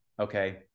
Okay